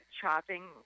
chopping